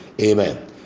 Amen